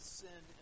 sin